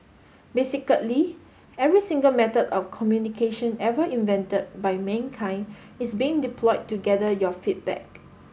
basically every single method of communication ever invented by mankind is being deployed to gather your feedback